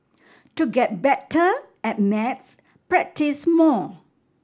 to get better at maths practise more